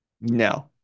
No